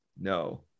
no